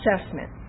assessment